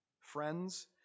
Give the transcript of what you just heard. Friends